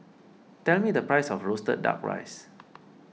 tell me the price of Roasted Duck Rice